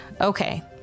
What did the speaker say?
Okay